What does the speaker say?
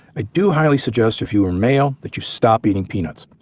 i do highly suggest if you are male that you stop eating peanuts.